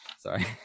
Sorry